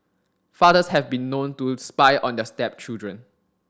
fathers have been known to spy on their stepchildren